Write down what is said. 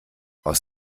aus